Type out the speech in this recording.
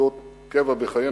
כעובדות קבע בחיינו,